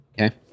Okay